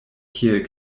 kiel